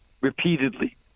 repeatedly